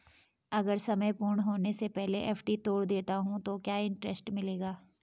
अगर समय पूर्ण होने से पहले एफ.डी तोड़ देता हूँ तो क्या इंट्रेस्ट मिलेगा?